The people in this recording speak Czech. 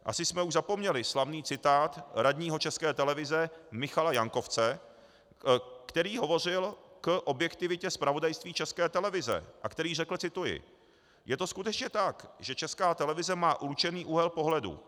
Asi jsme už zapomněli slavný citát radního České televize Michala Jankovce, který hovořil k objektivitě zpravodajství České televize a který řekl: Je to skutečně tak, že Česká televize má určený úhel pohledu.